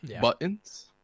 buttons